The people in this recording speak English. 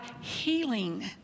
healing